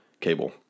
cable